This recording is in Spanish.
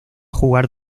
jugar